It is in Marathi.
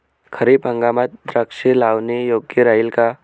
खरीप हंगामात द्राक्षे लावणे योग्य राहिल का?